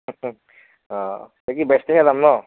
অঁ বাকী বাইছ তাৰিখে যাম ন